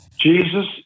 Jesus